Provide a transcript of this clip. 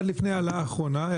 עד לפני ההעלאה האחרונה,